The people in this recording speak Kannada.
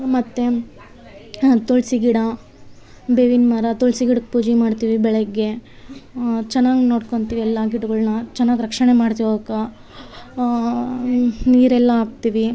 ಮತ್ತು ತುಳಿಸಿ ಗಿಡ ಬೇವಿನ ಮರ ತುಳಿಸಿ ಗಿಡದ ಪೂಜೆ ಮಾಡ್ತೀವಿ ಬೆಳಗ್ಗೆ ಚೆನ್ನಾಗ್ ನೋಡ್ಕೊತೀವಿ ಎಲ್ಲ ಗಿಡಗಳನ್ನು ಚೆನ್ನಾಗ್ ರಕ್ಷಣೆ ಮಾಡ್ತೀವಿ ಅವಕ್ಕೆ ನೀರೆಲ್ಲ ಹಾಕ್ತಿವಿ